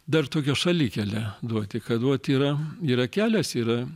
dar tokio šalikelę duoti kad uot yra yra kelias yra